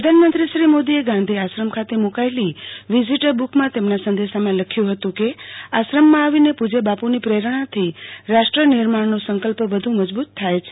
પ્રધાનમંત્રી શ્રી નરેન્દ મોદી આશ્રમ ખાતે મુકાયેલી વિઝિટર બુકમાં તેમના સંદશમાં લખ્યું હતું ક આશ્રમમાં આવીને પુજય બાપુની પરણાથી રાષ્ટ નિર્માણનો સંકલ્પ વધુ મજબુત થાય છે